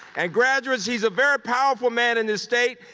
and graduates, he's a very powerful man in this state,